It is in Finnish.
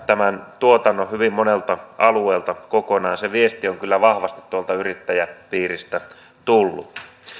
tämän tuotannon hyvin monelta alueelta kokonaan se viesti on kyllä vahvasti tuolta yrittäjäpiiristä tullut